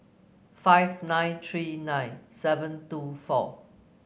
five nine three nine seven two four